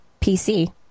PC